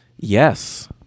yes